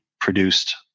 produced